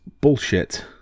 bullshit